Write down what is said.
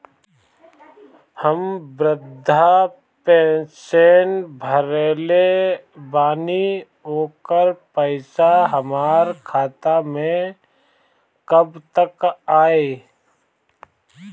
हम विर्धा पैंसैन भरले बानी ओकर पईसा हमार खाता मे कब तक आई?